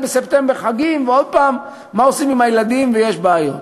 בספטמבר חגים ועוד פעם מה עושים עם הילדים ויש בעיות.